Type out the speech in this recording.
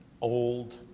old